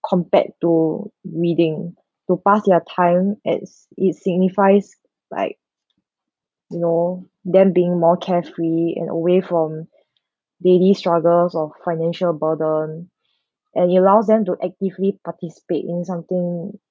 compared to reading to pass their time as it signifies like you know them being more carefree and away from daily struggles or financial burden and it allows them to actively participate in something